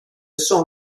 son